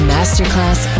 Masterclass